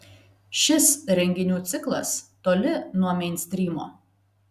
šis renginių ciklas toli nuo meinstrymo